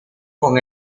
con